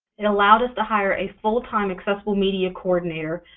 it allowed us to hire a full-time accessible media coordinator,